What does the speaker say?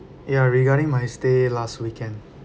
ya regarding my stay last weekend